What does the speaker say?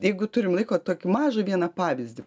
jeigu turim laiko tokį mažą vieną pavyzdį